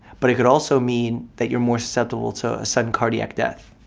but it could also mean that you're more susceptible to a sudden cardiac death.